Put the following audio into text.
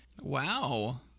Wow